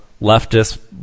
leftist